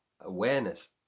awareness